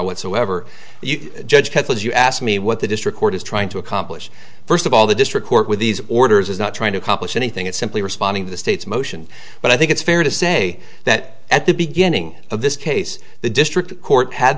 whatsoever you judge has as you asked me what the district court is trying to accomplish first of all the district court with these orders is not trying to accomplish anything it's simply responding to the state's motion but i think it's fair to say that at the beginning of this case the district court had